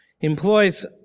employs